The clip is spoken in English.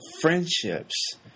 friendships